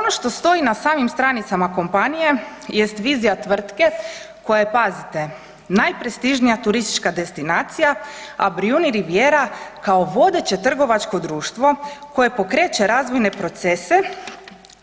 Ono što stoji na samim stranicama kompanije jest vizija tvrtke koja je, pazite, najprestižnija turistička destinacija, a Brijuni Rivijera kao vodeće trgovačko društvo koje pokreće razvojne procese